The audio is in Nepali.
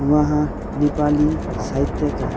उहाँ नेपाली साहित्यका